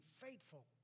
faithful